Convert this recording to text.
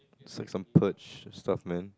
since I'm purge on stuff man